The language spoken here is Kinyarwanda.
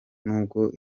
nubwo